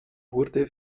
wurde